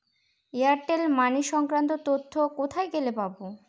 Airtel money সংক্রান্ত তথ্য কোথায় গেলে পাব?